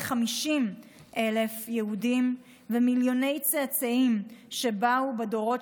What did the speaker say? ל-850,000 יהודים ומיליוני צאצאים שבאו בדורות